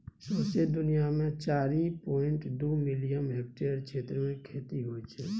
सौंसे दुनियाँ मे चारि पांइट दु मिलियन हेक्टेयर क्षेत्र मे खेती होइ छै